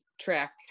track